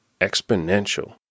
exponential